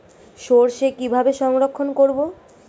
সরষে কিভাবে সংরক্ষণ করব?